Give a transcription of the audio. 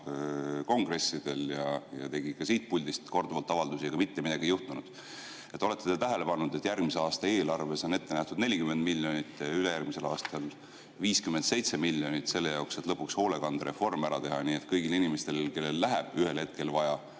vastu ja tegi ka siit puldist korduvalt avaldusi, aga mitte midagi ei juhtunud. Olete te tähele pannud, et järgmise aasta eelarves on ette nähtud 40 miljonit, ülejärgmisel aastal 57 miljonit selle jaoks, et lõpuks hoolekandereform ära teha, nii et kõigil inimestel, kellel läheb ühel hetkel vaja